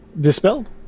dispelled